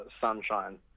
Sunshine